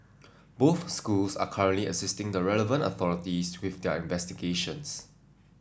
both schools are currently assisting the relevant authorities with their investigations